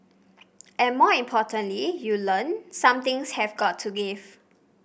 and more importantly you learn some things have got to give